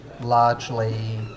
largely